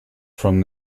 from